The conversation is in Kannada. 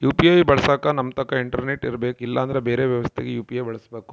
ಯು.ಪಿ.ಐ ಬಳಸಕ ನಮ್ತಕ ಇಂಟರ್ನೆಟು ಇರರ್ಬೆಕು ಇಲ್ಲಂದ್ರ ಬೆರೆ ವ್ಯವಸ್ಥೆಗ ಯು.ಪಿ.ಐ ಬಳಸಬಕು